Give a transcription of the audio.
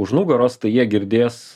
už nugaros tai jie girdės